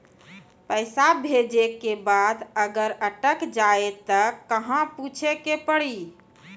पैसा भेजै के बाद अगर अटक जाए ता कहां पूछे के पड़ी?